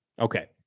Okay